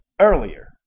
Earlier